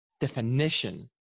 definition